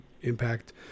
impact